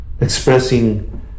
expressing